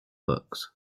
books